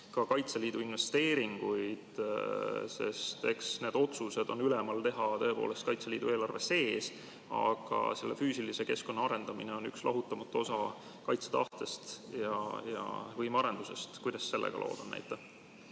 ka Kaitseliidu investeeringuid? Eks need otsused on ülemal vaja teha tõepoolest Kaitseliidu eelarve sees, aga selle füüsilise keskkonna arendamine on üks lahutamatu osa kaitsetahtest ja võimearendusest. Kuidas sellega lood on?